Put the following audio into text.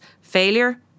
Failure